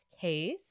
case